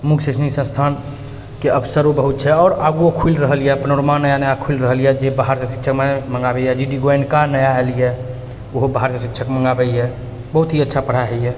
मुख्य शैक्षणिक संस्थानके अवसरो बहुत छै आओर आगुओ खुलि रहल अइ पनोरमा नया नया खुलि रहल अइ जे बाहरसँ शिक्षक मँगाबैए जी डी गोएनका नया आएल अइ ओहो बाहरसँ शिक्षक मँगाबैए बहुत ही अच्छा पढ़ाइ होइए